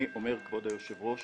אני אומר כבוד היושב-ראש